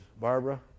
Barbara